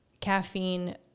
caffeine